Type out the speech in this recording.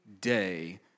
day